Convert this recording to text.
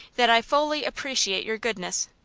that i fully appreciate your goodness.